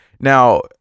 Now